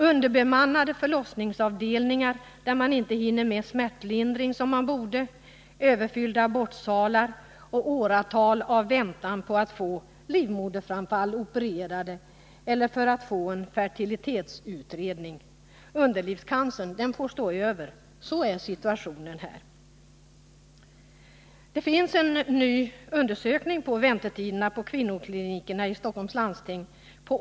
Underbemannade förlossningsavdelningar där man inte hinner med smärtlindring som man borde, överfyllda abortsalar, åratal av väntan på att få livmoderframfall opererade eller att få en fertilitetsutredning, underlivscancern får stå över — sådan är situationen. Det finns en ny undersökning av väntetiderna på kvinnoklinikerna på åtta sjukhus i Stockholms landsting.